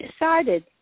decided